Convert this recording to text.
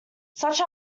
such